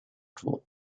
tool